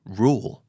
rule